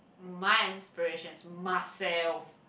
my inspiration is myself